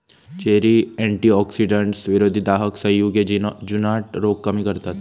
cherry antioxidants, विरोधी दाहक संयुगे, जुनाट रोग कमी करतत